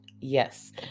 yes